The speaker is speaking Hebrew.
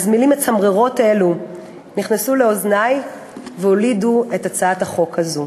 אז מילים מצמררות אלו נכנסו לאוזני והולידו את הצעת החוק הזאת.